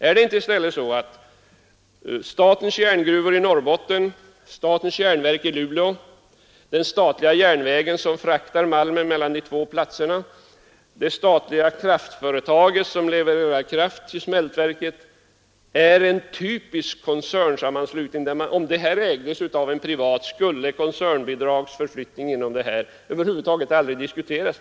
Är det inte i stället så att statens järngruvor i Norrbotten, statens järnverk i Luleå, den statliga järnvägen som fraktar malmen mellan de olika platserna och det statliga kraftföretaget som levererar kraft till smältverket är en typisk koncernsammanslutning? Om detta ägdes privat, skulle koncernbidragsförflyttning inom detta område över huvud taget aldrig diskuteras.